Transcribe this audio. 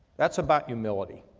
that's about humility.